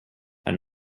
are